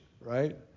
right